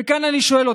וכאן אני שואל אתכם,